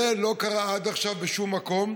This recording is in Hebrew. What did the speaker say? זה לא קרה עד עכשיו בשום מקום.